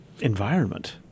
environment